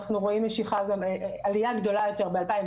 אנחנו רואים עלייה גדולה יותר ב-2019,